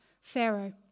Pharaoh